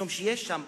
משום שיש שם,